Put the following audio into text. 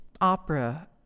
opera